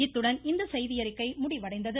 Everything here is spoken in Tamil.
இத்துடன் இந்த செய்தியறிக்கை முடிவடைந்தது